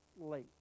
late